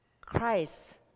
Christ